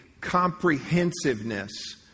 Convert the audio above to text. comprehensiveness